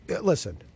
Listen